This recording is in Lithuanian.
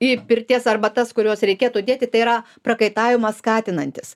į pirties arbatas kuriuos reikėtų dėti tai yra prakaitavimą skatinantys